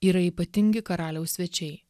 yra ypatingi karaliaus svečiai